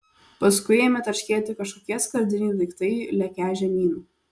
paskui ėmė tarškėti kažkokie skardiniai daiktai lekią žemyn